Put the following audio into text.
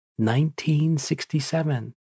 1967